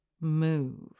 move